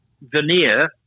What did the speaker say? veneer